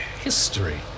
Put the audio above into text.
History